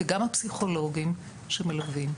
וגם הפסיכולוגים שמלווים.